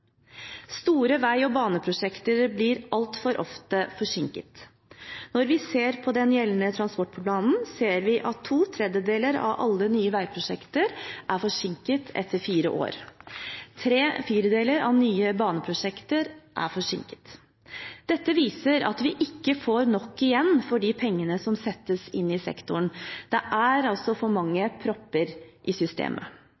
Store vei- og baneprosjekter blir altfor ofte forsinket. Når vi ser på den gjeldende transportplanen, ser vi at to tredeler av alle nye veiprosjekter er forsinket etter fire år. Tre firedeler av nye baneprosjekter er forsinket. Dette viser at vi ikke får nok igjen for de pengene som settes inn i sektoren. Det er for